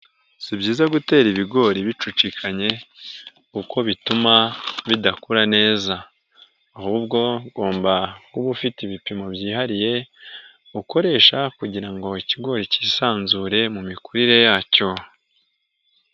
Si byiza gutera ibigori bicucikanye, kuko bituma bidakura neza, ahubwo ugomba kuba ufite ibipimo byihariye, ukoresha kugira ngo ikigo cyisanzure mu mikurire yacyo.